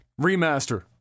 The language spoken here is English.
Remaster